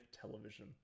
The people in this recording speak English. Television